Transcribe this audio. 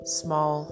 small